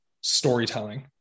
storytelling